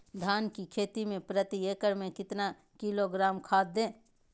धान की खेती में प्रति एकड़ में कितना किलोग्राम खाद दे?